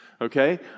Okay